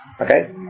Okay